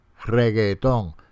reggaeton